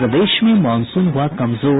और प्रदेश में मॉनसून हुआ कमजोर